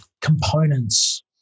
components